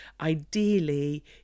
Ideally